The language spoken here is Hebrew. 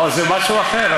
אוה, זה משהו אחר.